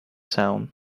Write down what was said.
sound